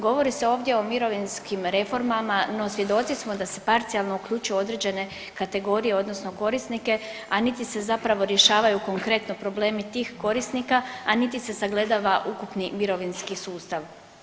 Govori se ovdje o mirovinskim reformama no svjedoci smo da se parcijalno uključuju određene kategorije, odnosno korisnike, a niti se zapravo rješavaju konkretno problemi tih korisnika, a niti se sagledava ukupni mirovinski sustav.